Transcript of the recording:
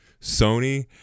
Sony